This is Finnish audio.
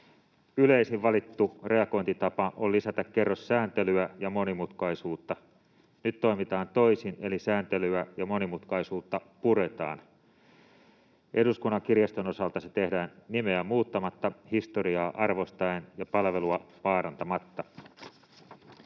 ”Yleisin valittu reagointitapa on lisätä kerros sääntelyä ja monimutkaisuutta. Nyt toimitaan toisin eli sääntelyä ja monimutkaisuutta puretaan. Eduskunnan kirjaston osalta se tehdään nimeä muuttamatta, historiaa arvostaen ja palvelua vaarantamatta.”